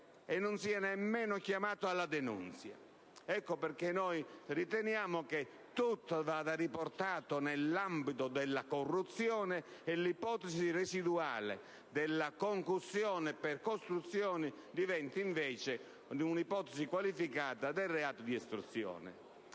e non siano nemmeno chiamati alla denunzia. Ecco perché riteniamo che tutto vada riportato nell'ambito della corruzione e che l'ipotesi residuale della concussione per costrizione diventi invece un'ipotesi qualificata del reato di estorsione.